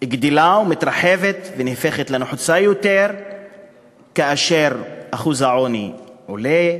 גדלה ומתרחבת והופכת לנחוצה יותר כאשר אחוז העוני עולה,